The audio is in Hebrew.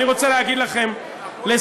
אני רוצה להגיד לכם לסיום,